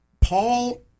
Paul